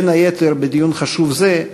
בין היתר בדיון חשוב זה,